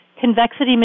convexity